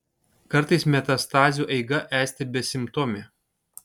kartais metastazių eiga esti besimptomė